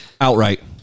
outright